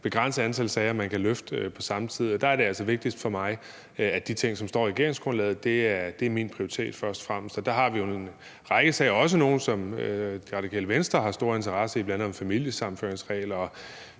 begrænset antal sager, man kan løfte på samme tid, og der er min prioritet først og fremmest de ting, som står i regeringsgrundlaget. Der har vi en række sager, også nogle, som Radikale Venstre har stor interesse i, bl.a. om familiesammenføringsregler